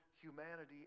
humanity